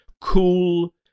cool